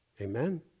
Amen